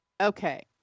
Okay